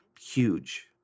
huge